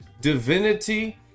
divinity